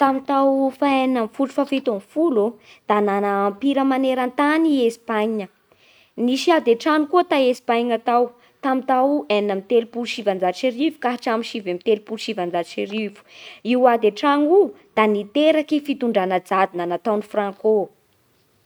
Tamin'ny tao fahaenina ambin'ny folo, fahafito ambin'ny folo da nana ampira maneran-tany i Espagne. Nisy ady an-trano koa ta Espagne tao tamin'ny tao enina amby telopolo sy sivanjato sy arivo ka hatramin'ny sivy amby telopolo sy sivanjato sy arivo. Io ady an-tragno io da niteraky fitondrana jadona nataon'ny frankô.